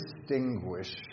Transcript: distinguish